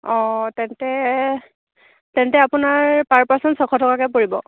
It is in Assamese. অঁ তেন্তে তেন্তে আপোনাৰ পাৰ পাৰ্চন ছশ টকাকৈ পৰিব